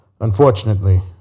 Unfortunately